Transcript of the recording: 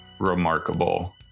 Remarkable